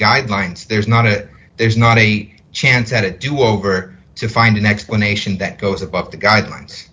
guidelines there's not it there's not a chance at a do over to find an explanation that goes above the guidelines